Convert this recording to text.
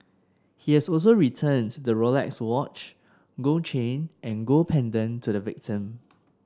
he has also returned the Rolex watch gold chain and gold pendant to the victim